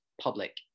public